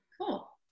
Cool